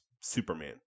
Superman